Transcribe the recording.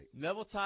Neville